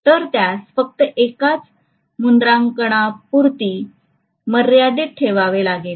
तर त्यास फक्त एकाच मुद्रांकनापुरती मर्यादीत ठेवावे लागते